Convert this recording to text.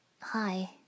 Hi